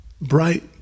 bright